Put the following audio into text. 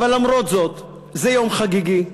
אבל למרות זאת, זה יום חגיגי,